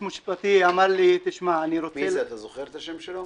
אתה זוכר את השם שלו?